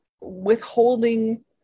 withholding